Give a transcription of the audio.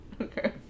Okay